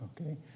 Okay